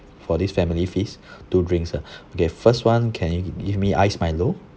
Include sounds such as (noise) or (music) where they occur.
for this family feast (breath) two drinks ah (breath) okay first [one] can you give me iced milo